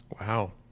Wow